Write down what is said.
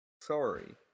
Sorry